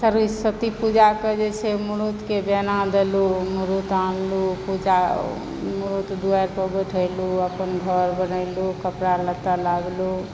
सस्वतीपूजाके जे छै मूर्तके बेना दलू मूर्त आनलू पूजा मूर्त द्वारि पर बैठेलू अपन घर बनैलू कपड़ा लत्ता लाबलू